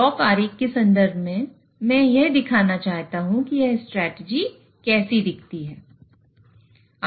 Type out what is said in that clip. block आरेख के संदर्भ में मैं यह दिखाना चाहता हूं कि यह स्ट्रेटजी कैसी दिखती है